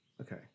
Okay